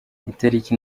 itariki